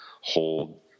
hold